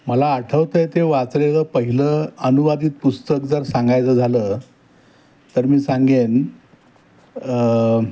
मला आठवत आहे ते वाचलेलं पहिलं अनुवादित पुस्तक जर सांगायचं झालं तर मी सांगेन